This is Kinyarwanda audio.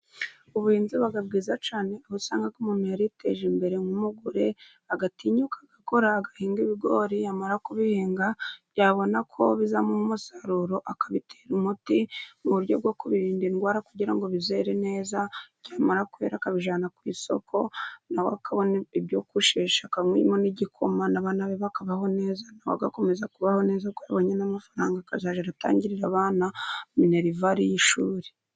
Ubuhinzi buga bwiza cyane aho usanga umuntu yariteje imbere nk'umugore, agatinyuka agakora agahinga ibigori, yamara kubihinga yabona ko bizamuha umusaruro akabitera umuti mu buryo bwo kubiririnda indwara kugira ngo bizere neza, byamara kwera akabijyana ku isoko nawe akabona ibyo kushesha akankwamo n'igikoma, abana be bakabaho neza nawe agakomeza kubaho neza ko abonye n'amafaranga akazajya atangira abana minerivari y'ishuri.